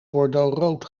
bordeauxrood